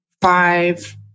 five